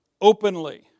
openly